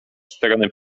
strony